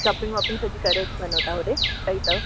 shopping बोपिंग सॼी करे वञो था होॾे सही अथव